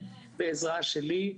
בעזרה שלי,